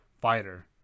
fighter